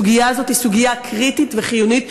הסוגיה הזו היא סוגיה קריטית וחיונית.